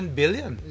billion